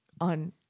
on